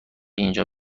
اینجا